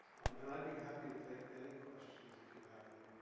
and i'd be happy to take any questions if you have them.